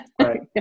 Right